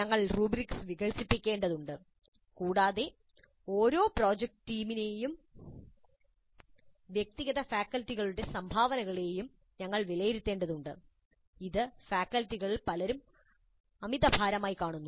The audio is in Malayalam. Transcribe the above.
ഞങ്ങൾ റൂബ്രിക്സ് വികസിപ്പിക്കേണ്ടതുണ്ട് കൂടാതെ ഓരോ പ്രോജക്റ്റ് ടീമിനെയും വ്യക്തിഗത വിദ്യാർത്ഥികളുടെ സംഭാവനയെയും ഞങ്ങൾ വിലയിരുത്തേണ്ടതുണ്ട് ഇത് ഫാക്കൽറ്റികളിൽ പലരും അമിതഭാരമായി കാണുന്നു